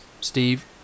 Steve